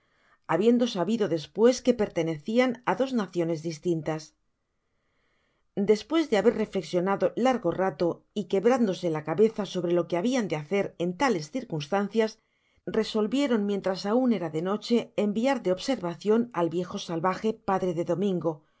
habiendo sabido desphes que pertenecian á dos naciones distintas despues de haber reflexionado largo rata y quebrádose la cabeza sobre lo que habian de hacer en tales circunstancias resolvieron mientras aun era de noche enviar de observacion al viejo salvaje padre de domingo con